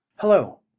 Hello